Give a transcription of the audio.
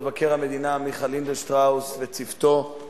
אנחנו עוברים להצבעה בקריאה טרומית על הצעתו של חבר הכנסת נסים זאב.